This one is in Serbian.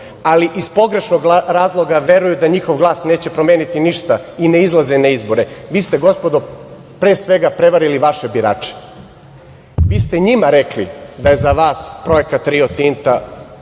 ali iz pogrešnog razloga veruju da njihov glas neće promeniti ništa i ne izlaze na izbore. Vi ste, gospodo, pre svega, prevarili vaše birače. Vi ste njima rekli da je za vas projekat „Rio Tinta“